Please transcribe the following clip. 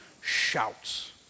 shouts